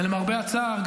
ולמרבה הצער,